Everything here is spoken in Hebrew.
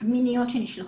מיניות שנשלחות.